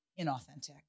inauthentic